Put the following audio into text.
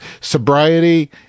sobriety